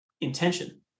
Intention